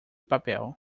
papel